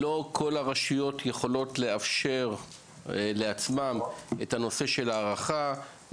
לא כל הרשויות יכולות לאפשר לעצמן להאריך את שעות פעילות המצילים,